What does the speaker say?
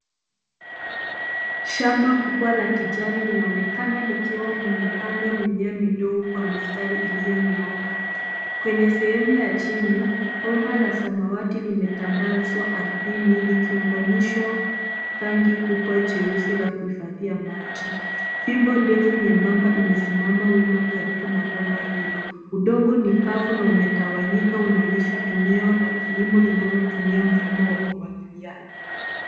Shamba kubwa la kijani linaonekana likiwa limepandwa mimea midogo kwa mistari iliyonyooka. Kwenye sehemu ya chini, bomba la samawati limetandazwa ardhini likiunganishwa tangi kubwa jeusi la kuhifadhia maji. Fimbo ndefu nyembamba imesimama wima karibu na bomba hilo. Udongo ni kavu na umetawanyika unaonyesha eneo la kilimo linalotumia mfumo wa umwagiliaji.